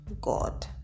God